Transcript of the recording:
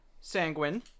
sanguine